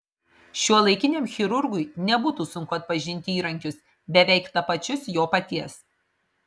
šiuolaikiniam chirurgui nebūtų sunku atpažinti įrankius beveik tapačius jo paties